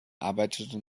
arbeitete